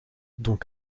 dont